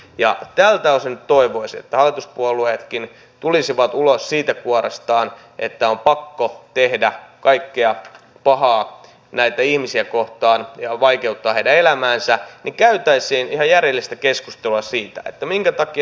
ja tältä osin toivoisi että hallituspuolueetkin tulisivat ulos siitä kuoresta että on pakko tehdä kaikkea pahaa näitä ihmisiä kohtaan ja vaikeuttaa heidän elämäänsä ja käytäisiin ihan järjellistä keskustelua siitä että minkä takia esimerkiksi